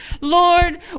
Lord